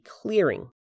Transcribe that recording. clearing